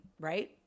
right